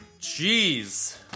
Jeez